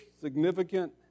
significant